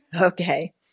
Okay